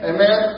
Amen